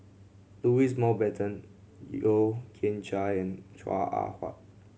Louis Mountbatten Yeo Kian Chye and Chua Ah Huwa